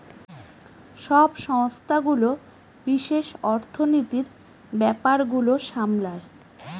সব সংস্থাগুলো বিশেষ অর্থনীতির ব্যাপার গুলো সামলায়